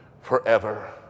forever